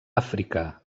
àfrica